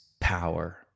power